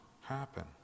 happen